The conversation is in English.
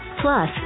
Plus